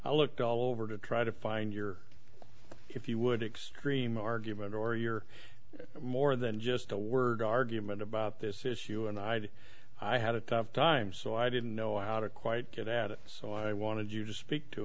i looked all over to try to find your if you would excrete argument or you're more than just a word argument about this issue and i had i had a tough time so i didn't know out of quite good at it so i wanted you to speak to